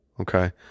Okay